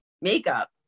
Makeup